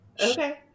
Okay